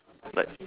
like